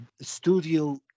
studio